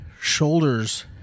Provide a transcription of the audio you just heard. shoulders